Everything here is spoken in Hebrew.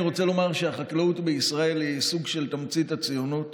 אני רוצה לומר שהחקלאות בישראל היא סוג של תמצית הציונות